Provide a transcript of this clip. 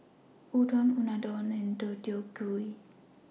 Udon Unadon and Deodeok Gui